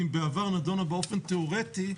אם בעבר נדונה באופן תיאורטי,